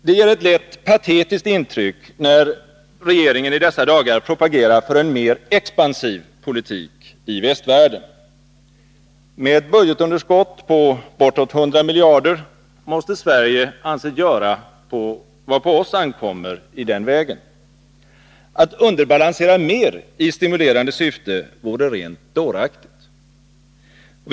Det ger ett lätt patetiskt intryck, när regeringen i dessa dagar propagerar för en mer expansiv politik i västvärlden. Med ett budgetunderskott på bortåt 100 miljarder måste vi i Sverige anses göra vad på oss ankommer i den vägen. Att underbalansera mer i stimulerande syfte vore rent dåraktigt.